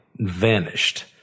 vanished